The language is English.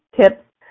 tips